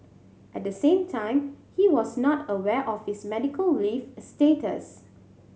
at the time he was not aware of his medical leave status